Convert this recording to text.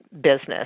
business